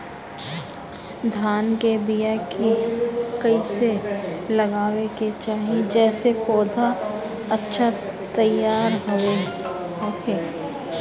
धान के बीया कइसे लगावे के चाही जेसे पौधा अच्छा तैयार होखे?